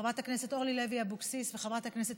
חברת הכנסת אורלי לוי אבקסיס וחברת הכנסת